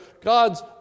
God's